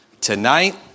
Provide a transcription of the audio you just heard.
tonight